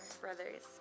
brothers